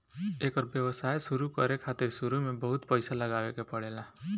एकर व्यवसाय शुरु करे खातिर शुरू में बहुत पईसा लगावे के पड़ेला